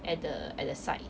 at the at the site